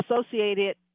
associated